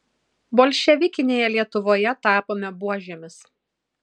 bolševikinėje lietuvoje tapome buožėmis